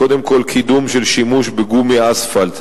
קודם כול, קידום של שימוש בגומי אספלט.